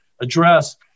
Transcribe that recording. address